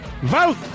vote